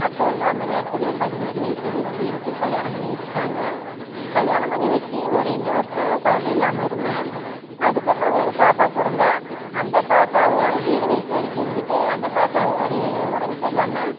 அப்போ வந்து அந்த நேரத்துலேயே பதினஞ்சு வயசுல வந்து எனக்கு கல்யாணம் பண்ணி வச்சிவிட்டாங்க கல்யாணம் பண்ணி வச்சு ஒரு ரெண்டு வருஷம் குழந்த இல்லாமல் இருந்தேன் அதுக்கப்பறம் ஒரு பாப்பா பிறந்தா அந்த பாப்பாவும் ஏழு வயசு வரைக்கும் இருந்துவிட்டு அந்த பாப்பாவும் ஒரு உடம்பு சரி இல்லாமல்